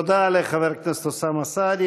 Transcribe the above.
תודה לחבר הכנסת אוסאמה סעדי.